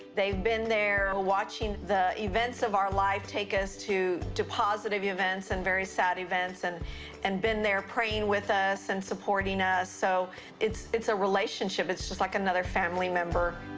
they've been there watching the events of our life take us to to positive events and very sad events, and and been there praying with us and supporting us. so it's it's a relationship. it's just like another family member.